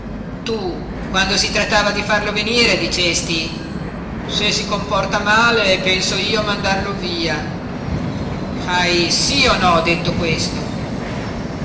tu quando si trattava di farlo venire dicesti se si comporta male penso io a mandarlo via hai sí o no detto questo